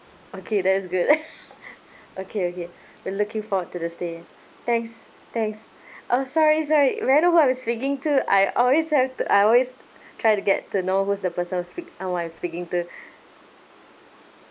okay that is good okay okay we're looking forward to the stay thanks thanks oh sorry sorry may I know who am I speaking to I always have to I always try to get to know who's the person who speak uh who am I speaking to